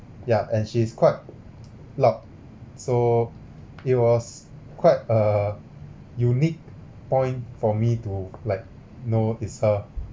ya and she is quite loud so it was quite a unique point for me to like know it's her